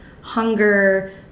hunger